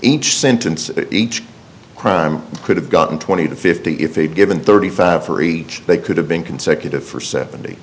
each sentence each crime could have gotten twenty to fifty if they'd given thirty five three they could have been consecutive for seventy